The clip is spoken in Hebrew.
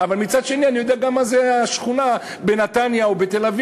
אבל מצד שני אני יודע מה זה גם השכונה בנתניה ובתל-אביב,